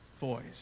voice